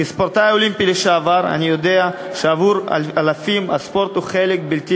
כספורטאי אולימפי לשעבר אני יודע שעבור אלפים הספורט הוא חלק בלתי